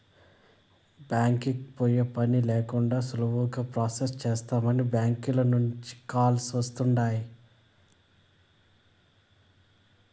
బ్యాంకీకి పోయే పనే లేకండా సులువుగా ప్రొసెస్ చేస్తామని బ్యాంకీల నుంచే కాల్స్ వస్తుండాయ్